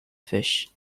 fish